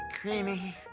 creamy